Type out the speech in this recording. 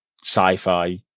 sci-fi